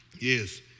Yes